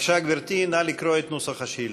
בבקשה, גברתי, נא לקרוא את נוסח השאילתה.